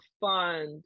fund